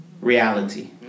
reality